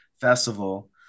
Festival